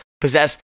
possess